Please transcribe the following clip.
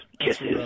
Kisses